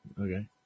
okay